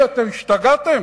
אתם השתגעתם?